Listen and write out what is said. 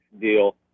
deal